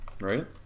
Right